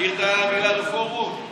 מכיר את העגלה רפורמות?